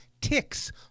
ticks